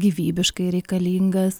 gyvybiškai reikalingas